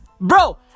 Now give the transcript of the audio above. Bro